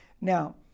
Now